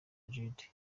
jude